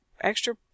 extra